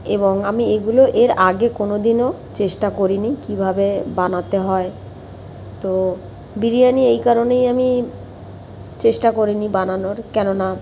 এবং আমি এগুলো এর আগে কোনো দিনও চেষ্টা করিনি কীভাবে বানাতে হয় তো বিরিয়ানি এই কারণেই আমি চেষ্টা করি নি বানানোর কেননা